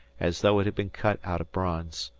as though it had been cut out of bronze.